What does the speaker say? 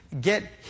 get